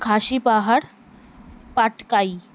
খাসি পাহাড় পাটকাই